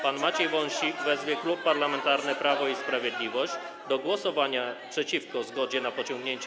pan Maciej Wąsik wezwie Klub Parlamentarny Prawo i Sprawiedliwość do głosowania przeciwko zgodzie na pociągnięcie.